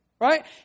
Right